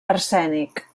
arsènic